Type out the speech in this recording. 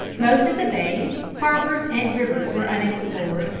most of the bays, harbors and rivers were unexplored,